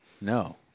No